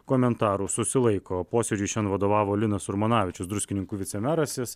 komentarų susilaiko posėdžiui šiandien vadovavo linas urmanavičius druskininkų vicemeras jis